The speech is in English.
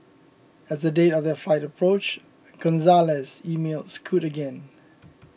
as the date of their flight approached Gonzalez emailed Scoot again